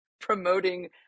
promoting